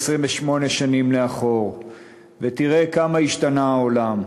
28 שנים לאחור ותראה כמה השתנה העולם.